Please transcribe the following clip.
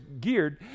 geared